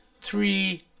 three